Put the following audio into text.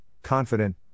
confident